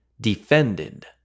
defended